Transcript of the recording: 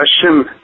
question